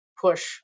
push